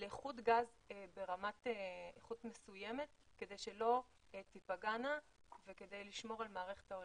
לאיכות גז ברמה מסוימת כדי שלא תיפגענה וכדי לשמור על מערכת ההולכה.